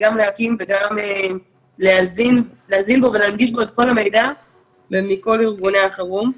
זה גם להקים וגם להזין בו ולהנגיש בו את כל המידע ומכל ארגוני החירום.